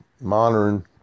modern